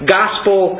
gospel